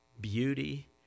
beauty